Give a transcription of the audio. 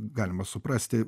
galima suprasti